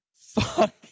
Fuck